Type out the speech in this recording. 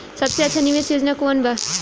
सबसे अच्छा निवेस योजना कोवन बा?